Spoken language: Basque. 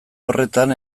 horretan